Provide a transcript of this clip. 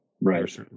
Right